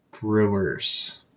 brewers